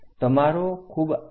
તમારો ખૂબ આભાર